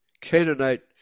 Canaanite